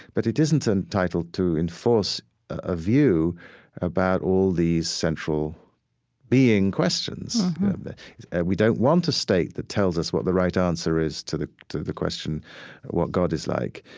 but it isn't entitled to enforce a view about all these central being questions we don't want a state that tells us what the right answer is to the to the question what god is like.